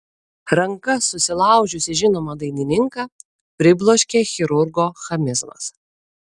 rankas susilaužiusį žinomą dainininką pribloškė chirurgo chamizmas